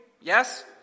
Yes